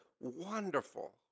wonderful